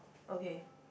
okay